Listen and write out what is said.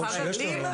ככול שיש לנו.